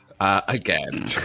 again